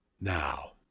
Now